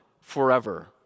forever